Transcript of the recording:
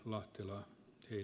lahtela ei